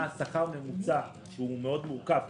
בצוק איתן זה היה שכר ממוצע, שהוא מורכב מאוד.